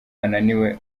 ananiwe